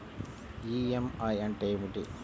EMI అంటే ఏమిటి?